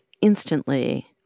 instantly